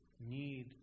need